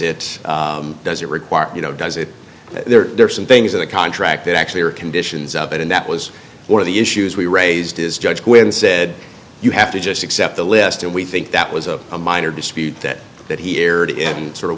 it does it require you know does it there's some things in the contract that actually are conditions of it and that was one of the issues we raised as judge quinn said you have to just accept the list and we think that was a minor dispute that that he erred in sort of